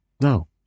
No